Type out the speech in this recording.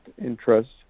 interest